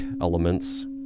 elements